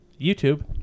YouTube